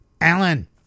Alan